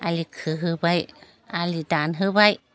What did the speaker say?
आलि खोहोबाय आलि दानहोबाय